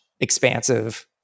expansive